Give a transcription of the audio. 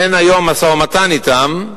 אין היום משא-ומתן אתם,